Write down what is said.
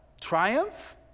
Triumph